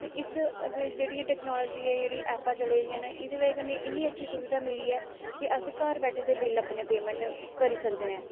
ते इस जेह्ड़ी टैक्नोलिजी जेह्ड़ी ऐपां चली दियां न एह्दे बजह् कन्नै इन्नी अच्छी सुविधा मिली ऐ कि अस घार बैठे दे बिल अपने पेमेंट करी सकदे आं